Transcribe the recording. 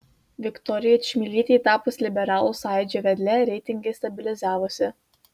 viktorijai čmilytei tapus liberalų sąjūdžio vedle reitingai stabilizavosi